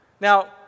Now